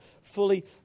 fully